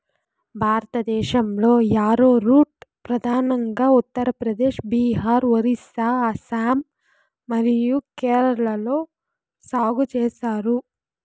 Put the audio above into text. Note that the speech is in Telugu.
భారతదేశంలో, యారోరూట్ ప్రధానంగా ఉత్తర ప్రదేశ్, బీహార్, ఒరిస్సా, అస్సాం మరియు కేరళలో సాగు చేస్తారు